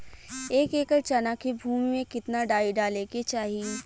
एक एकड़ चना के भूमि में कितना डाई डाले के चाही?